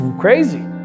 crazy